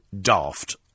daft